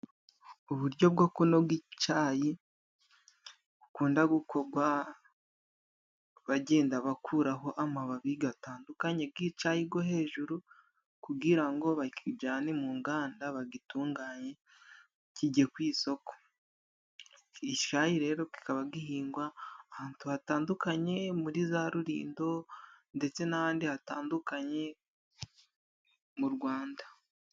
Uburyo bwo kunoga icayi bukunda gukogwa bagenda bakuraho amababi gatandukanye g'icayi go hejuru kugira ngo bakijane mu nganda bagitunganye, kijye ku isoko. Icayi rero kikaba gihingwa ahantu hatandukanye muri za Rulindo ndetse n'ahandi hatandukanye mu Rwanda.